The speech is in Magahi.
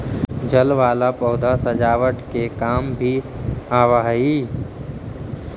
जल वाला पौधा सजावट के काम भी आवऽ हई